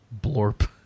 blorp